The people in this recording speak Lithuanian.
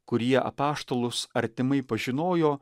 kurie apaštalus artimai pažinojo